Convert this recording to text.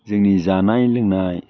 जोंनि जानाय लोंनाय